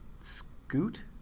Scoot